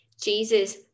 Jesus